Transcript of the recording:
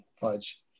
Fudge